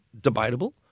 debatable